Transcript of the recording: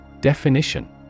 Definition